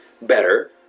better